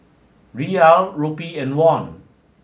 Riyal Rupee and Won